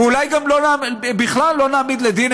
ואולי גם בכלל לא נעמיד לדין,